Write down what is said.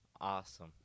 Awesome